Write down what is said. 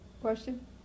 Question